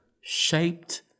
shaped